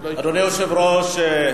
אדוני היושב-ראש,